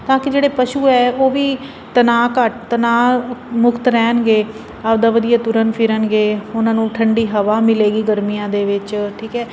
ਤਾਂ ਕਿ ਜਿਹੜੇ ਪਸ਼ੂ ਹੈ ਉਹ ਵੀ ਤਨਾਅ ਘੱਟ ਤਨਾਅ ਮੁਕਤ ਰਹਿਣਗੇ ਆਪਣਾ ਵਧੀਆ ਤੁਰਨ ਫਿਰਨਗੇ ਉਹਨਾਂ ਨੂੰ ਠੰਡੀ ਹਵਾ ਮਿਲੇਗੀ ਗਰਮੀਆਂ ਦੇ ਵਿੱਚ ਠੀਕ ਹੈ